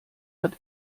hat